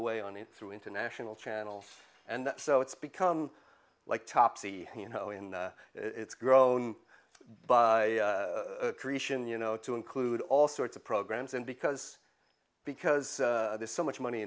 away on it through international channels and so it's become like topsy you know in it's grown creation you know to include all sorts of programs and because because there's so much money